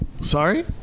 Sorry